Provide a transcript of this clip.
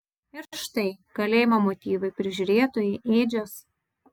ir štai kalėjimo motyvai prižiūrėtojai ėdžios